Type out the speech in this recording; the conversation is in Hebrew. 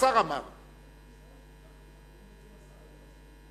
ההצעה להעביר את הצעת חוק